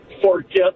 forget